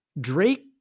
Drake